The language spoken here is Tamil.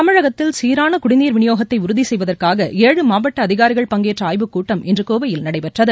தமிழகத்தில் சீரான குடிநீர் விநியோகத்தை உறுதி செய்வதற்காக ஏழு மாவட்ட அதிகாரிகள் பங்கேற்ற ஆய்வுக் கூட்டம் இன்று கோவையில் நடைபெற்றது